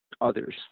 others